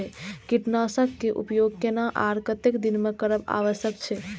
कीटनाशक के उपयोग केना आर कतेक दिन में करब आवश्यक छै?